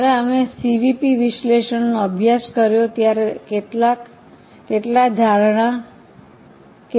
જ્યારે અમે સીવીપી વિશ્લેષણ નો અભ્યાસ કર્યો ત્યારે કેટલાક ધારણા કરવામાં આવ્યું હતું